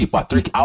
Patrick